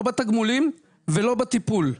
לא בתגמולים ולא בטיפול,